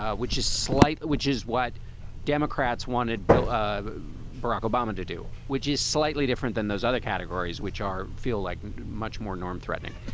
ah which is slight, which is what democrats wanted bill ah barack obama to do, which is slightly different than those other categories, which are feel like much more norm threatening.